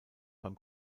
beim